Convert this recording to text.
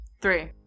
Three